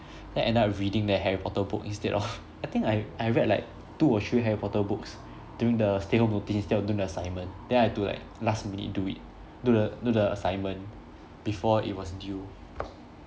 then end up reading that harry potter book instead of I think I I read like two or three harry potter books during the stay home notice instead of doing the assignment then I have to like last minute do it do the do the assignment before it was due